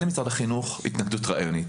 למשרד החינוך אין התנגדות רעיונית.